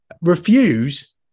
refuse